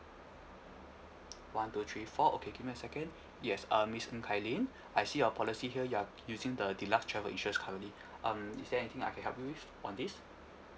one two three four okay give me a second yes um miss ng kai ling I see your policy here you are using the deluxe travel insurance currently um is there anything I can help you with on this